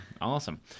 awesome